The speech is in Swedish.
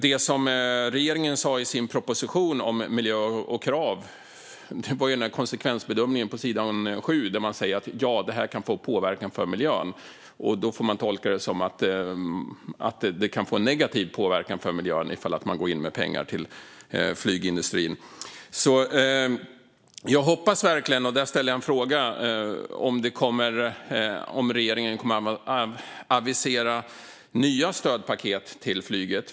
Det som regeringen säger i sin proposition om miljö och krav är konsekvensbedömningen på s. 7, där det står: Ja, det här kan få påverkan på miljön. Det får man tolka som att det kan få en negativ påverkan på miljön om regeringen går in med pengar till flygindustrin. Jag vill ställa en fråga: Kommer regeringen att avisera nya stödpaket till flyget?